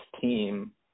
team